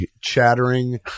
chattering